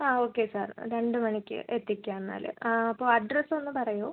ആ okay sir രണ്ട് മണിക്ക് എത്തിക്കാം എന്നാൽ ആ അപ്പോൾ അഡ്രസ്സ് ഒന്ന് പറയുമോ